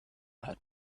had